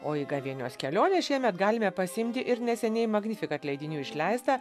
o į gavėnios kelionę šiemet galime pasiimti ir neseniai magnificat leidinių išleistą